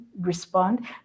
respond